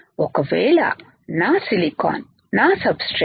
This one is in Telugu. ఒకవేళ నా సిలికాన్ silicon నా సబ్ స్ట్రేట్